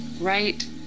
right